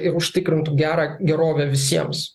ir užtikrintų gerą gerovę visiems